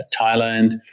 Thailand